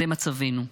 זה מצבנו.